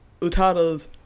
Utada's